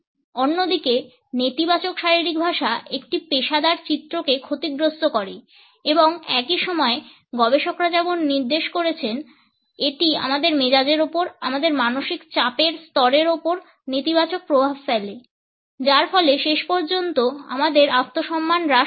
অন্যদিকে নেতিবাচক শারীরিক ভাষা একটি পেশাদার চিত্রকে ক্ষতিগ্রস্ত করে এবং একই সময়ে গবেষকরা যেমন নির্দেশ করেছেন এটি আমাদের মেজাজের উপর আমাদের মানসিক চাপের স্তরের উপর নেতিবাচক প্রভাব ফেলে যার ফলে শেষ পর্যন্ত আমাদের আত্মসম্মান হ্রাস পায়